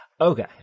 Okay